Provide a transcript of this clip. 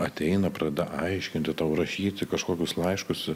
ateina pradeda aiškinti tau rašyti kažkokius laiškus